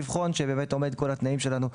אז אנחנו מבקשים לבחון שהוא עומד בכל התנאים שלנו,